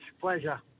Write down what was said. Pleasure